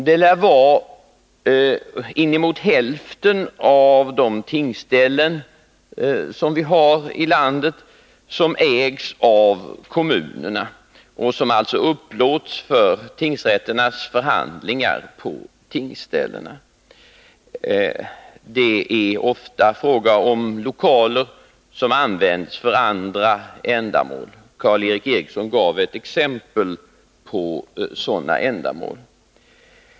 Det lär vara inemot hälften av tingsställena i landet som ägs av kommunerna och som alltså upplåts för tingsrätternas förhandlingar på tingsställena. Det är ofta fråga om lokaler som används för andra ändamål. Karl Erik Eriksson gav ett exempel på ett sådant ändamål.